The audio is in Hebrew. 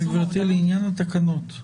גברתי, לעניין התקנות?